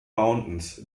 mountains